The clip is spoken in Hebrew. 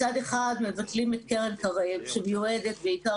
מצד אחד מבטלים את קרן קרב שמיועדת בעיקר